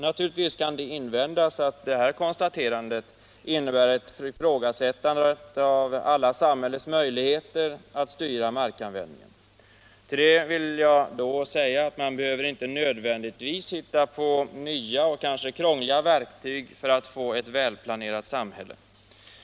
Naturligtvis kan det invändas att detta konstaterande innebär ett ifrågasättande av alla samhällets möjligheter att styra markanvändningen. Till det vill jag då säga att man behöver inte nödvändigtvis ständigt hitta på nya och kanske krångliga verktyg för att få ett välplanerat samhälle.